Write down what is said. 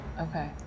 Okay